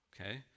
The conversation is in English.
Okay